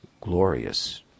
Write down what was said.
glorious